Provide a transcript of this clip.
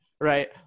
right